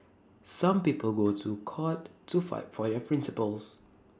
some people go to court to fight for their principles